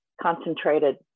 concentrated